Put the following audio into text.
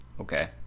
okay